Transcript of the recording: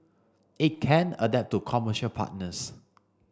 it can adapt to commercial partners